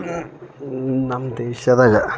ನಮ್ಮ ದೇಶದಾಗ